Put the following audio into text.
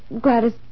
Gladys